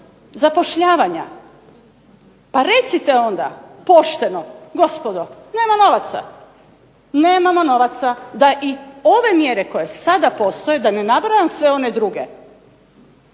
zapošljavanja. Pa recite onda pošteno, gospodo nema novaca. Nemamo novaca, da i ove mjere koje sada postoje da ne nabrajam sve one druge,